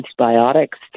antibiotics